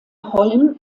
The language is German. holm